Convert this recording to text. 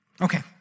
Okay